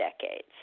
decades